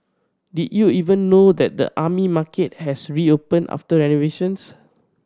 did you even know that the Army Market has reopened after renovations